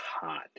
hot